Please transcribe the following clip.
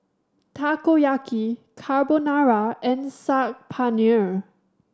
Takoyaki Carbonara and Saag Paneer